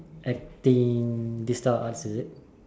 acting this type of arts is it